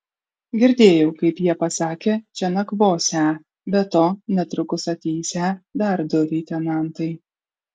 girdėjau kaip jie pasakė čia nakvosią be to netrukus ateisią dar du leitenantai